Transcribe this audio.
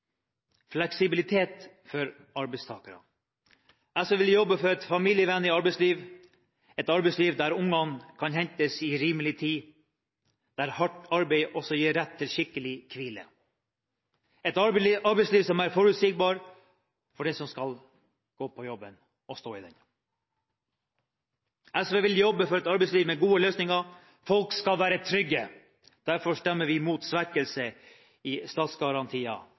fleksibilitet for arbeidstakerne. SV vil jobbe for et familievennlig arbeidsliv, et arbeidsliv der ungene kan hentes i rimelig tid, der hardt arbeid også gir rett til skikkelig hvile, et arbeidsliv som er forutsigbart for dem som skal gå på jobben og stå i den. SV vil jobbe for et arbeidsliv med gode løsninger, folk skal være trygge. Derfor stemmer vi imot svekkelser i